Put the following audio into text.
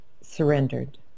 surrendered